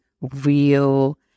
real